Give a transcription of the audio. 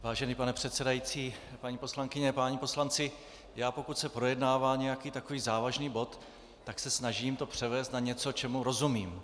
Vážený pane předsedající, paní poslankyně, páni poslanci, pokud se projednává nějaký takový závažný bod, tak se snažím převést to na něco, čemu rozumím.